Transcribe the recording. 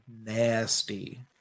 nasty